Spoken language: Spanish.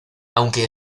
aunque